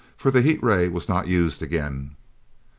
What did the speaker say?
for the heat-ray was not used again.